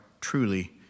truly